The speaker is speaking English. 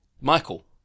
Michael